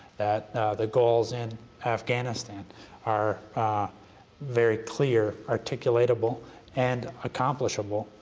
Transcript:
that the goals in afghanistan are very clear, articulatable and accomplishable